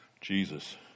Jesus